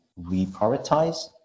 reprioritize